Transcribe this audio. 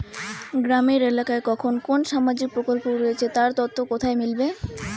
গ্রামের এলাকায় কখন কোন সামাজিক প্রকল্প রয়েছে তার তথ্য কোথায় মিলবে?